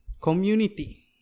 community